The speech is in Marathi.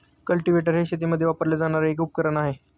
कल्टीवेटर हे शेतीमध्ये वापरले जाणारे एक उपकरण आहे